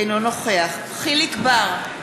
אינו נוכח יחיאל חיליק בר,